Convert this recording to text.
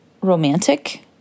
romantic